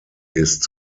ist